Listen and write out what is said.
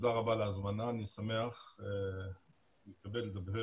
תודה רבה על ההזמנה, אני שמח להתכבד לדבר